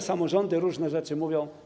Samorządy różne rzeczy mówią.